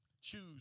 Choose